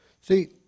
See